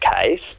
case